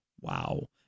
Wow